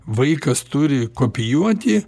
vaikas turi kopijuoti